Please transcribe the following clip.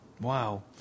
wow